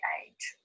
age